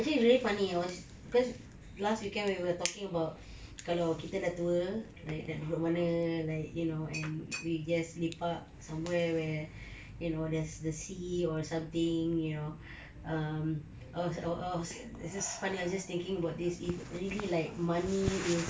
actually it's very funny I was cause last weekend we were talking about kalau kita dah tua like duduk mana like you know and we just lepak somewhere where you know there's the sea or something you know um I was I was it's just funny I was just thinking about this if really like money is